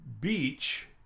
beach